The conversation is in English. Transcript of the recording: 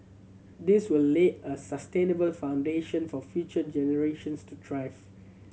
this will lay a sustainable foundation for future generations to thrive